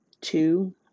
Two